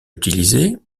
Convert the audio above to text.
utilisé